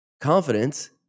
confidence